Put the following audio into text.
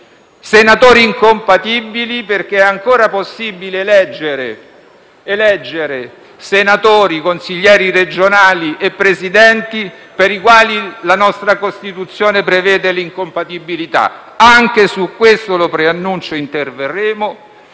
senatori incompatibili. È, infatti, ancora possibile eleggere senatori consiglieri regionali e Presidenti per i quali la nostra Costituzione prevede l'incompatibilità. Preannuncio che interverremo